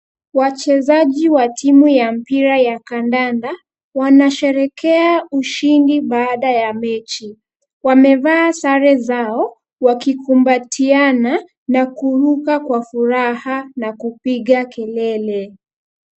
Wachezaji wa timu ya mpira ya kandanda, wanasherehekea ushindi baada ya mechi. Wamevaa sare zao, wakikumbatiana, na kuruka kwa furaha na kupiga kelele.